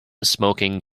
smoking